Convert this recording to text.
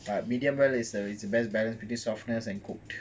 but medium well is the best balance between softness and cooked